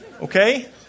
Okay